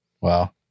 Wow